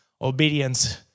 Obedience